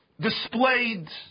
displayed